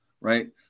Right